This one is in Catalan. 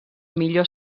millor